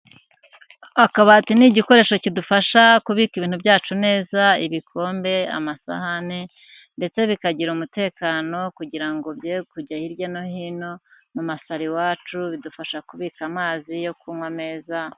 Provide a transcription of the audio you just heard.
Akabati ni igikoresho kidufasha kubika ibintu byacu neza, ibikombe, amasahani ndetse bikagira umutekano kugira ngo bye kujya hirya no hino mu masaro iwacu, bidufasha kubika amazi yo kunywa meza.